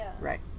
Right